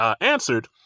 answered